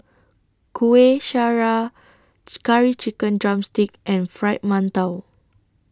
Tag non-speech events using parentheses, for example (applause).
Kueh Syara (unintelligible) Curry Chicken Drumstick and Fried mantou